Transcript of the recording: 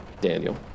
Daniel